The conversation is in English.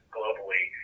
globally